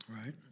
Right